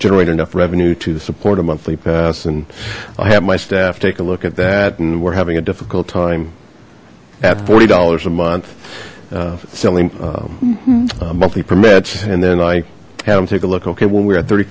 generate enough revenue to support a monthly pass and i'll have my staff take a look at that and we're having a difficult time at forty dollars a month selling mm hmm monthly permits and then i had them take a look okay when we're at thirty